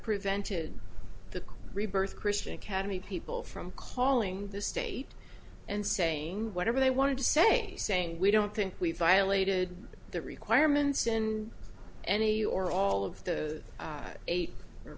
prevented the rebirth christian academy people from calling the state and saying whatever they wanted to say saying we don't think we violated the requirements in any or all of the eight or